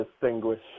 distinguish